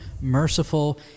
merciful